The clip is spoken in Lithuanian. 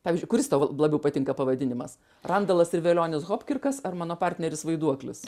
pavyzdžiui kuris tau labiau patinka pavadinimas randalas ir velionis hopkirkas ar mano partneris vaiduoklis